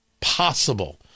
possible